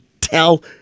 tell